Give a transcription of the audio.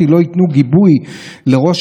תודה רבה לחברת הכנסת קארין אלהרר.